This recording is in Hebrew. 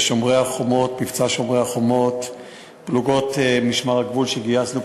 במבצע "שומרי החומות"; פלוגות משמר הגבול שגייסנו,